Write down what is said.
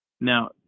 Now